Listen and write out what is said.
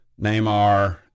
Neymar